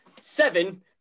seven